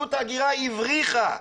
ראשות ההגירה הבריחה,